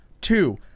Two